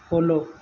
follow